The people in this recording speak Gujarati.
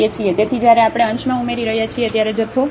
તેથી જ્યારે આપણે અંશમાં ઉમેરી રહ્યા છીએ ત્યારે જથ્થો મોટો થશે